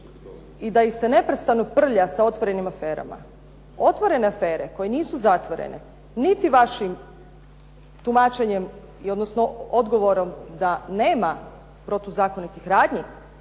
i da ih se neprestano prlja sa otvorenim aferama. Otvorene afere koje nisu zatvorene niti vašem tumačenjem, odnosno odgovorom da nema protuzakonitih radnji